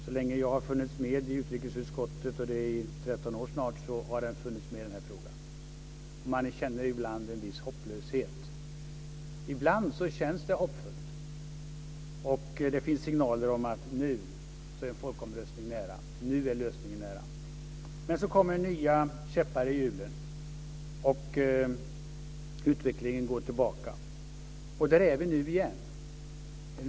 Så länge jag har varit med i utrikesutskottet, och det är snart 13 år, har den här frågan funnits med. Man känner emellanåt en viss hopplöshet. Ibland känns det hoppfullt och det finns signaler om att nu är folkomröstningen nära, nu är lösningen nära. Men så kommer nya käppar i hjulet, och utvecklingen går tillbaka. Där är vi nu igen.